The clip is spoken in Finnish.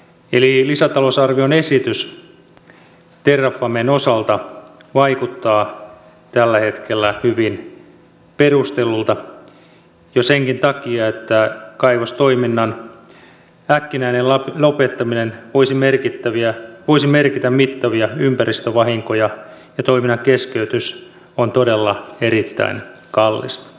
eli lisätalousarvion esitys terrafamen osalta vaikuttaa tällä hetkellä hyvin perustellulta jo senkin takia että kaivostoiminnan äkkinäinen lopettaminen voisi merkitä mittavia ympäristövahinkoja ja toiminnan keskeytys on todella erittäin kallista